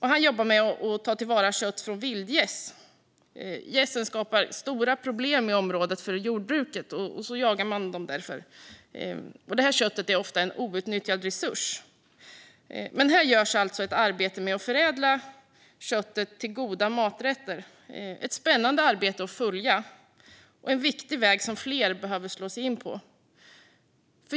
Han jobbar med att ta till vara kött från vildgäss. Gässen skapar stora problem för jordbruket i området, och därför jagar man dem. Detta kött är ofta en outnyttjad resurs. Här görs alltså ett arbete med att förädla köttet till goda maträtter - ett spännande arbete att följa och en viktig väg som fler behöver slå in på.